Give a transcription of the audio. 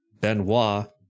Benoit